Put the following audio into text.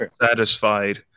satisfied